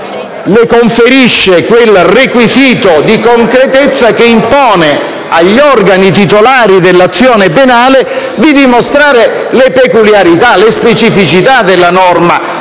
le conferisce quel requisito di concretezza che impone agli organi titolari dell'azione penale di dimostrare le peculiarità e le specificità della norma